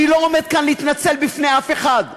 אני לא עומד כאן להתנצל בפני אף אחד,